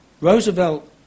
Roosevelt